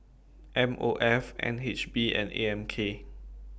M O F N H B and A M K